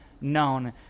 known